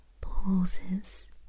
pauses